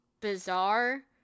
bizarre